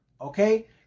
Okay